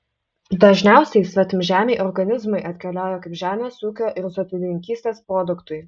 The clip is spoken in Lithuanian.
dažniausiai svetimžemiai organizmai atkeliauja kaip žemės ūkio ir sodininkystės produktai